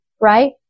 right